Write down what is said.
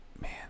man